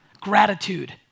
Gratitude